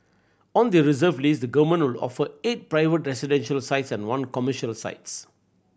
on the reserve list the government will offer eight private residential sites and one commercial sites